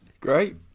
Great